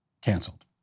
canceled